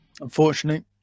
Unfortunately